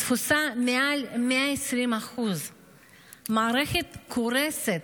התפוסה היא מעל 120%. המערכת קורסת.